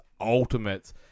Ultimates